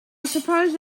suppose